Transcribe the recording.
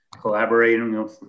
collaborating